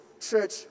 church